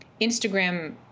Instagram